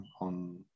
on